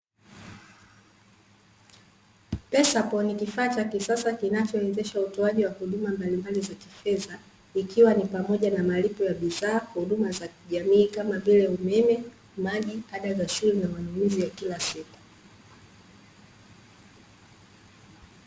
Pesapal ni kifaa cha kisasa kinachowezesha utoaji wa huduma mbalimbali za kifedha; ikiwa ni pamoja na malipo ya bidhaa, huduma za kijamii kama vile: umeme, maji, ada za shule na manunuzi ya kila siku.